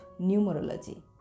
numerology